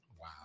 Wow